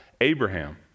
Abraham